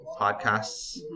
podcasts